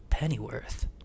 Pennyworth